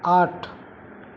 આઠ